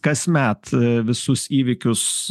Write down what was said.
kasmet visus įvykius